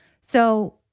So-